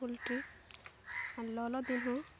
poultry ᱞᱚᱞᱚ ᱫᱤᱱᱦᱚᱸ